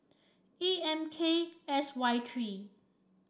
A M K S Y three